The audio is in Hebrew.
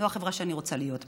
לא החברה שאני רוצה להיות בה.